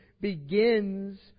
begins